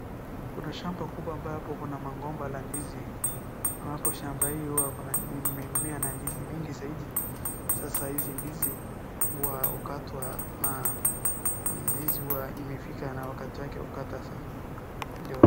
Kuna shamba kubwa ambaye hapo kuna magomba la ndizi, na hapo shamba hii hua kuna mimea na ndizi mingi zaidi, sasa hizi ndizi, hua hukatwa na ndizi hizi huwa imefika na wakati yake kukatwa sasa ndio.